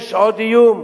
יש עוד איום?